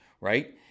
right